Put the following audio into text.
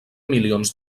milions